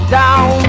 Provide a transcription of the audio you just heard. down